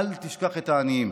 אל תשכח את העניים,